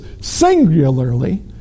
singularly